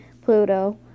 Pluto